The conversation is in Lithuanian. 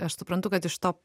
aš suprantu kad iš to